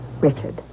Richard